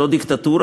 לא דיקטטורה,